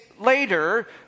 later